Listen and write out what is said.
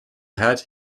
had